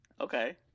Okay